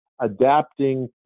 adapting